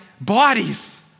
bodies